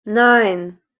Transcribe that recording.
nein